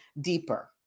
deeper